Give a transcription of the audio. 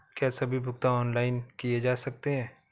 क्या सभी भुगतान ऑनलाइन किए जा सकते हैं?